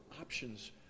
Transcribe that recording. options